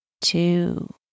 two